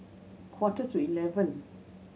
quarter to eleven